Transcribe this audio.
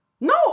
No